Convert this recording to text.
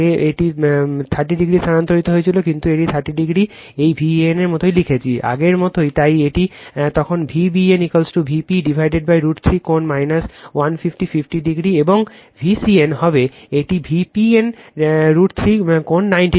আগে এটি 30o স্থানান্তরিত হয়েছিল কিন্তু এটি 30o এই Van মতো লিখেছিল আগের মতো তাই এটি তখন V bn Vp√ 3 কোণ 150 50 এবং V cn হবে একটি Vpn √ 3 কোণ 90o